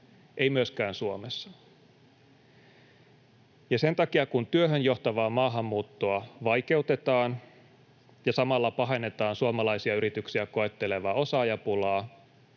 ei myöskään Suomessa. Ja sen takia, kun työhön johtavaa maahanmuuttoa vaikeutetaan ja samalla pahennetaan suomalaisia yrityksiä koettelevaa osaajapulaa,